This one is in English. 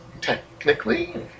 technically